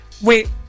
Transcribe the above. wait